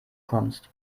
kommst